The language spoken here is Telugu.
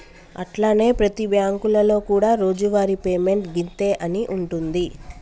అట్లనే ప్రతి బ్యాంకులలో కూడా రోజువారి పేమెంట్ గింతే అని ఉంటుంది